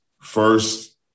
First